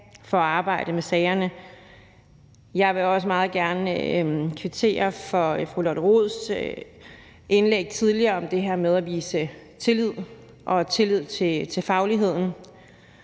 for at arbejde med sagerne. Jeg vil også meget gerne kvittere for fru Lotte Rods indlæg tidligere om det her med at vise tillid og tillid til fagligheden.